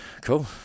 cool